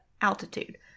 altitude